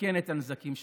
לתקן את הנזקים שלכם.